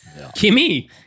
Kimmy